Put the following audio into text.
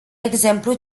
exemplu